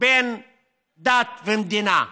בין דת ומדינה,